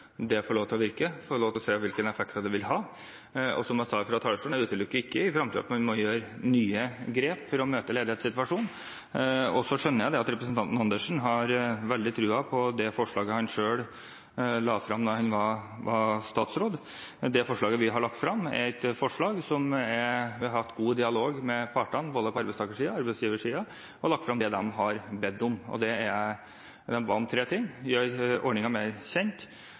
det få lov til å virke, slik at vi får se hvilke effekter det har, og som jeg sa fra talerstolen: Jeg utelukker ikke at man i fremtiden må gjøre nye grep for å møte ledighetssituasjonen. Så skjønner jeg at representanten Andersen har veldig tro på det forslaget han selv la frem da han var statsråd. Det forslaget vi har lagt frem, er et forslag som vi har hatt god dialog med partene om, både på arbeidstaker- og arbeidsgiversiden, og vi har lagt frem det de har bedt om. De ba om tre ting: å gjøre ordningen mer kjent,